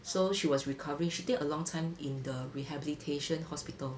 so she was recovering she take a long time in the rehabilitation hospital